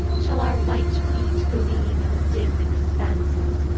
shall our white feet gleam in the dim expanses?